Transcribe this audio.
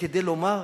כדי לומר: